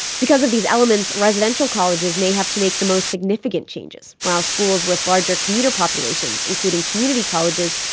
because of these elements, residential colleges may have to make the most significant changes, while schools with larger commuter populations, including community colleges,